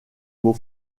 mot